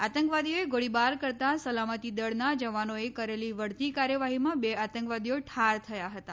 આતંકવાદીઓએ ગોળીબાર કરતા સલામતી દળના જવાનોએ કરેલી વળતી કાર્યવાહીમાં બે આતંકવાદીઓ ઠાર થયા હતા